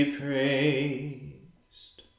praised